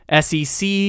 SEC